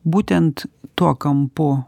būtent tuo kampu